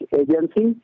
agency